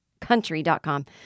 country.com